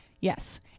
yes